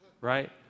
right